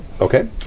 Okay